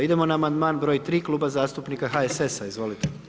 Idemo na amandman broj tri Kluba zastupnika HSS-a, izvolite.